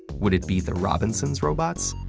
would it be the robinsons' robots,